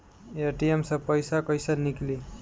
ATM से पइसा कइसे निकली?